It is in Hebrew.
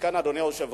מכאן, אדוני היושב-ראש,